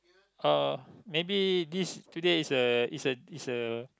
uh maybe this today is a is a is a